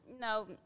no